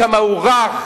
כמה הוא רך,